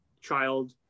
child